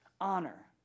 honor